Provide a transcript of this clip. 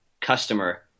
customer